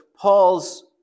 Paul's